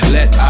Let